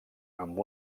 amb